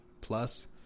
plus